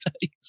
days